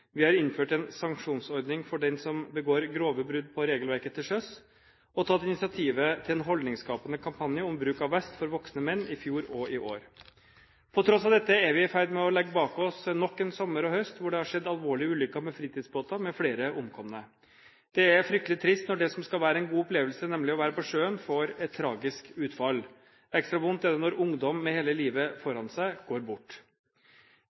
vi har innført en sanksjonsordning for den som begår grove brudd på regelverket til sjøs, og tatt initiativ i fjor og i år til en holdningsskapende kampanje for bruk av vest for voksne menn. På tross av dette er vi i ferd med å legge bak oss nok en sommer og høst hvor det har skjedd alvorlige ulykker med fritidsbåter med flere omkomne. Det er fryktelig trist når det som skal være en god opplevelse – nemlig å være på sjøen – får et tragisk utfall. Ekstra vondt er det når ungdom med hele livet foran seg går bort.